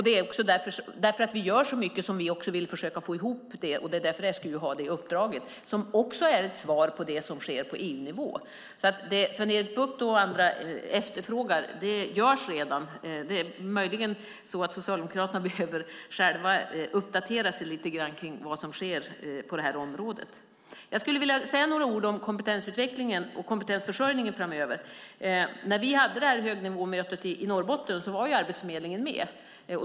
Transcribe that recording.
Det är därför vi gör så mycket som vi vill försöka få ihop det, och det är därför SGU har fått detta uppdrag, som också är ett svar på det som sker på EU-nivå. Det Sven-Erik Bucht och andra efterfrågar görs redan. Möjligen behöver Socialdemokraterna uppdatera sig lite beträffande vad som sker på det här området. Jag skulle vilja säga några ord om kompetensutvecklingen och kompetensförsörjningen framöver. När vi hade högnivåmötet i Norrbotten var Arbetsförmedlingen med.